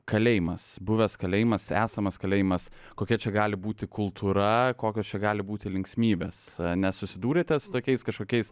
kalėjimas buvęs kalėjimas esamas kalėjimas kokia čia gali būti kultūra kokios čia gali būti linksmybės nesusidūrėte su tokiais kažkokiais